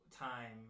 time